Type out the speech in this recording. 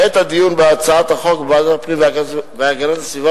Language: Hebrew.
בעת הדיון בהצעת החוק בוועדת הפנים והגנת הסביבה